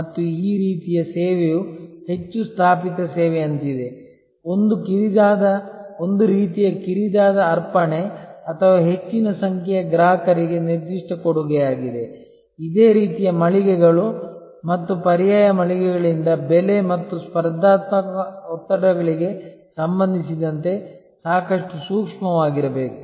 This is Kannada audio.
ಮತ್ತು ಈ ರೀತಿಯ ಸೇವೆಯು ಹೆಚ್ಚು ಸ್ಥಾಪಿತ ಸೇವೆಯಂತಿದೆ ಒಂದು ರೀತಿಯ ಕಿರಿದಾದ ಅರ್ಪಣೆ ಅಥವಾ ಹೆಚ್ಚಿನ ಸಂಖ್ಯೆಯ ಗ್ರಾಹಕರಿಗೆ ನಿರ್ದಿಷ್ಟ ಕೊಡುಗೆಯಾಗಿದೆ ಇದೇ ರೀತಿಯ ಮಳಿಗೆಗಳು ಮತ್ತು ಪರ್ಯಾಯ ಮಳಿಗೆಗಳಿಂದ ಬೆಲೆ ಮತ್ತು ಸ್ಪರ್ಧಾತ್ಮಕ ಒತ್ತಡಗಳಿಗೆ ಸಂಬಂಧಿಸಿದಂತೆ ಸಾಕಷ್ಟು ಸೂಕ್ಷ್ಮವಾಗಿರಬೇಕು